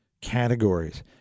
categories